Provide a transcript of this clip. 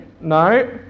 no